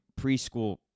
preschool